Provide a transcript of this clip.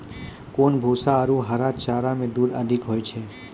कोन भूसा आरु हरा चारा मे दूध अधिक होय छै?